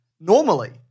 normally